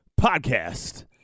podcast